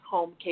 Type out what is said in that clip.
Home